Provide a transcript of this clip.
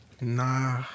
Nah